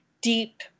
deep